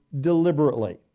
deliberately